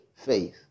faith